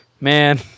man